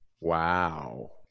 Wow